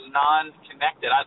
non-connected